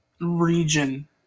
region